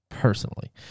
personally